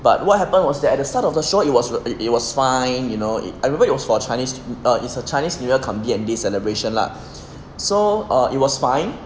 but what happened was that at the start of the show it was it was fine you know I remember it was for chinese err it's a chinese new year cum D_N_D celebration lah so uh it was fine